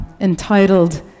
entitled